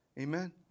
Amen